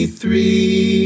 three